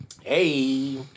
Hey